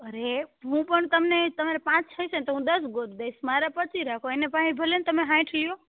અરે હું પણ તમને તમારે પાંચ જોઈશે તો હું દસ ગોતી દઈશ મારા પચીસ રાખો એની પાસે ભલે ને તમે સાઈઠ લ્યો